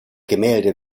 gemälde